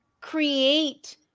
create